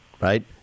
right